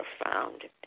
profound